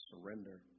surrender